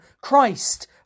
Christ